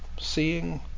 seeing